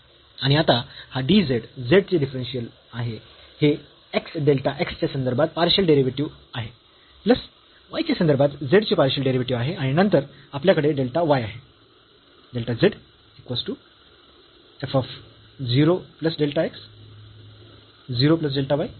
आणि आता हा dz z चे डिफरन्शियल हे x डेल्टा x च्या संदर्भात पार्शियल डेरिव्हेटिव्ह आहे प्लस y च्या संदर्भात z चे पार्शियल डेरिव्हेटिव्ह आहे आणि नंतर आपल्याकडे डेल्टा y आहे